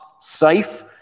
safe